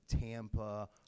Tampa